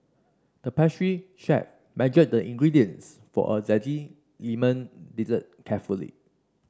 the pastry chef measured the ingredients for a zesty lemon dessert carefully